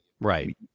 Right